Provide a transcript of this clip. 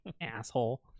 Asshole